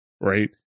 right